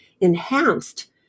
enhanced